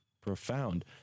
Profound